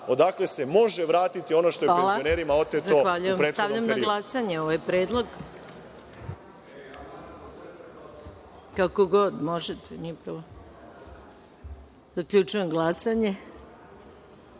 odakle se može vratiti ono što je penzionerima oteto u prethodnom periodu.